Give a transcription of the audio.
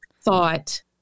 thought